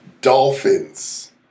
Dolphins